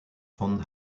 von